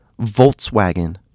Volkswagen